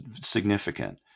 significant